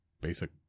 basic